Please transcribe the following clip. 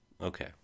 Okay